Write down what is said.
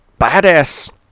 badass